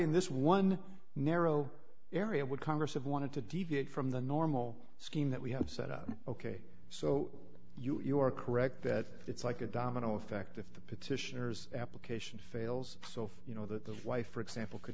in this one narrow area would congress have wanted to deviate from the normal scheme that we have set up ok so you are correct that it's like a domino effect if the petitioners application fails you know that the fly for example could